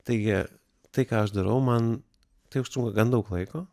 taigi tai ką aš darau man tai užtrunka gan daug laiko